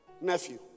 nephew